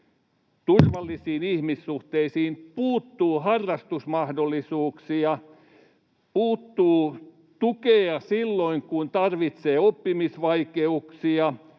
turvallisiin ihmissuhteisiin; puuttuu harrastusmahdollisuuksia; puuttuu tukea silloin, kun tarvitsee; on oppimisvaikeuksia;